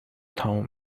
تموم